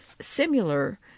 similar